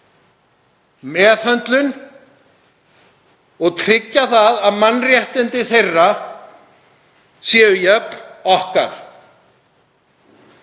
meðhöndlun og tryggja að mannréttindi þeirra séu jöfn okkar.